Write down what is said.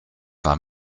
war